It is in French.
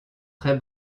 très